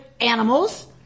animals